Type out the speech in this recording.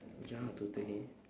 ya totally